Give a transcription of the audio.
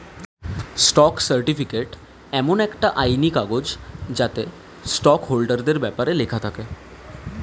stock certificate এমন একটা আইনি কাগজ যাতে স্টক হোল্ডারদের ব্যপারে লেখা থাকে